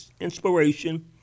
inspiration